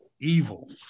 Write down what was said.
evil